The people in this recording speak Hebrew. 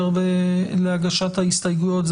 ראשון להגשת ההסתייגות,